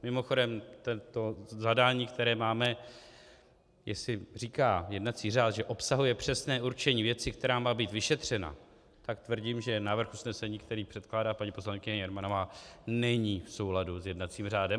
Mimochodem, zadání, které máme, jestli říká jednací řád, že obsahuje přesné určení věci, která má být vyšetřena, tak tvrdím, že návrh usnesení, který předkládá paní poslankyně Jermanová, není v souladu s jednacím řádem.